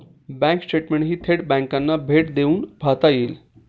bank स्टेटमेंटही थेट बँकांना भेट देऊन पाहता येईल